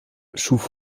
schuf